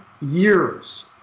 years